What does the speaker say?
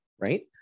right